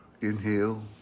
Inhale